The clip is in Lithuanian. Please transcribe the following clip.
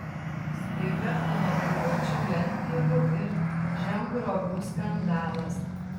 staiga kilo privačių lentpjūvių ir žemgrobių skandalas